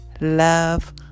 love